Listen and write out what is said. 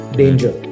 danger